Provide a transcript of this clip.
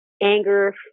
anger